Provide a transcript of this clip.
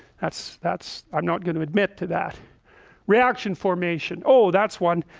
that's that's i'm not going to admit to that reaction formation. oh, that's one.